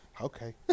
Okay